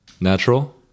Natural